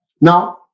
Now